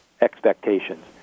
expectations